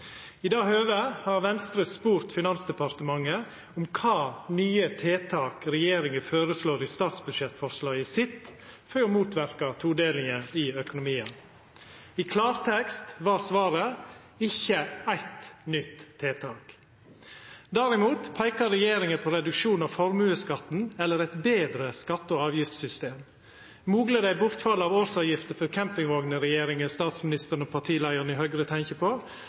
I det høvet har Venstre spurt Finansdepartementet om kva nye tiltak regjeringa føreslår i statsbudsjettforslaget sitt for å motverka todelinga i økonomien. I klartekst var svaret: Ikkje eitt nytt tiltak. Derimot peikar regjeringa på reduksjon av formuesskatten eller eit betre skatt- og avgiftssystem. Det er mogleg det er bortfallet av årsavgifta for campingvogner regjeringa, statsministeren og partileiaren i Høgre tenkjer på.